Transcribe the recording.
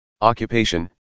Occupation